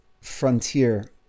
frontier